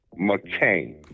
McCain